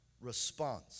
response